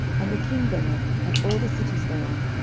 and the king thereof, and all the cities thereof,